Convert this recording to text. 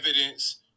evidence